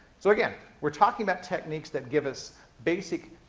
so, again, we're talking about techniques that give us basic,